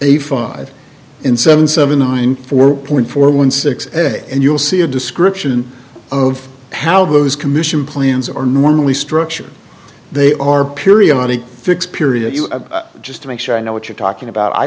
eight five seven seven nine four point four one six and you'll see a description of how those commission plans are normally structure they are periodic fix period just to make sure i know what you're talking about i